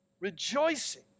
rejoicing